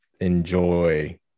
enjoy